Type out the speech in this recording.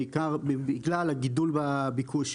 בעיקר בגלל הגידול בביקוש.